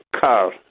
car